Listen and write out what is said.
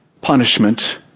punishment